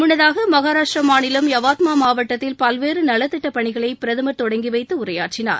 முன்னதாகமகாராஷ்டிரா மாநிலம் யவாத்மா மாவட்டத்தில் பல்வேறு நலத்திட்ட பணிகளை பிரதமர் தொடங்கிவைத்து உரையாற்றினார்